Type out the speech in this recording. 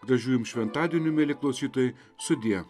gražių jums šventadienių mieli klausytojai sudie